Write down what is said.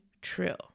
true